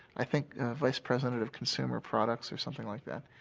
i think ah, vice-president of consumer products or something like that.